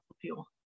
fuel